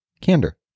Candor